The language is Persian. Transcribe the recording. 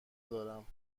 دارم